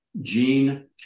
gene